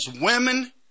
women